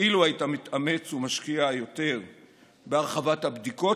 אילו היית מתאמץ ומשקיע יותר בהרחבת הבדיקות,